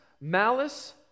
malice